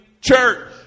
church